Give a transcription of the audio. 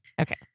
Okay